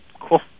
Cool